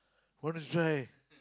want us try